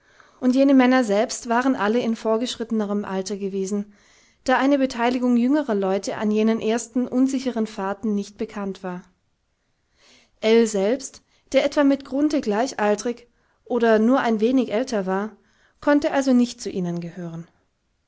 und jene männer selbst waren alle in vorgeschrittenerem alter gewesen da eine beteiligung jüngerer leute an jenen ersten unsicheren fahrten nicht bekannt war ell selbst der etwa mit grunthe gleichaltrig oder nur ein wenig älter war konnte also nicht zu ihnen gehören